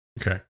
Okay